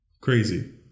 Crazy